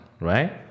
right